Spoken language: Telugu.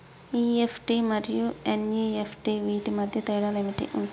ఇ.ఎఫ్.టి మరియు ఎన్.ఇ.ఎఫ్.టి వీటి మధ్య తేడాలు ఏమి ఉంటాయి?